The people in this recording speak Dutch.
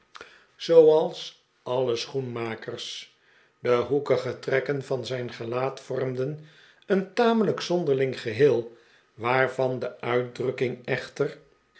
zooals alle schoenmakers de hoekige trekken van zijn gelaat vormden een tamelijk zonderling geheel waarvan de uitdrukking echter